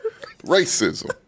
Racism